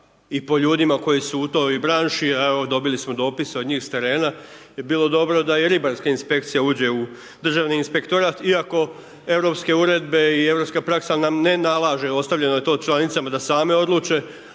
i po ljudima koji su u toj branši, a evo, dobili smo dopise s njih s terena, bi bilo dobro, da i ribarska inspekcija uđe u državni inspektorat iako europske uredbe i europska praksa nam ne nalaže, ostavljeno je to članicama da same odluče,